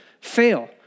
fail